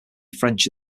french